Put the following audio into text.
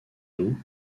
doux